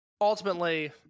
Ultimately